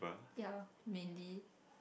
yeah mainly